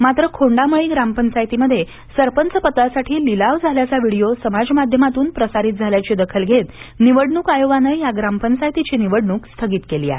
मात्र खोंडामळी ग्रामपंचायतीमध्ये सरपंचपदासाठी लिलाव झाल्याचा व्हीडीओ समाज माध्यमातून प्रसारित झाल्याची दखल घेत निवडणुक आयोगाने या ग्रामपंचायतीची निवडणुक स्थगित केली आहे